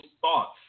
thoughts